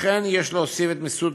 לכן, יש להוסיף את מיסוד